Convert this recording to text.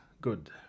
good